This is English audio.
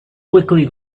quickly